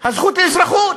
הזכות לאזרחות,